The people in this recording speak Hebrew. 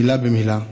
מילה במילה,